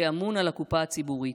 כאמון על הקופה הציבורית.